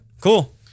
cool